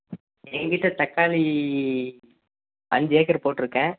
எங்கிட்ட தக்காளி அஞ்சு ஏக்கர் போட்டுருக்கேன்